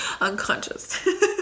unconscious